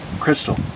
Crystal